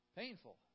painful